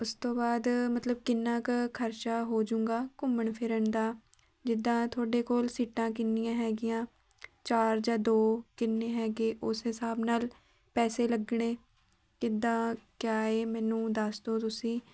ਉਸ ਤੋਂ ਬਾਅਦ ਮਤਲਬ ਕਿੰਨਾ ਕੁ ਖਰਚਾ ਹੋਜੂਂਗਾ ਘੁੰਮਣ ਫਿਰਨ ਦਾ ਜਿੱਦਾਂ ਤੁਹਾਡੇ ਕੋਲ ਸੀਟਾਂ ਕਿੰਨੀਆਂ ਹੈਗੀਆਂ ਚਾਰ ਜਾਂ ਦੋ ਕਿੰਨੇ ਹੈਗੇ ਉਸ ਹਿਸਾਬ ਨਾਲ ਪੈਸੇ ਲੱਗਣੇ ਕਿੱਦਾਂ ਕਿਆ ਏ ਮੈਨੂੰ ਦੱਸਦੋ ਤੁਸੀਂ